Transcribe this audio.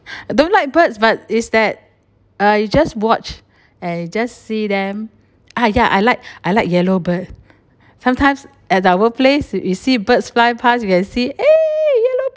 don't like birds but is that uh you just watch and you just see them ah ya I like I like yellow bird sometimes at our workplace you see birds fly past you can see eh yellow bird